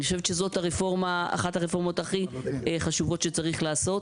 אני חושבת שזאת אחת הרפורמות הכי חשובות שצריך לעשות.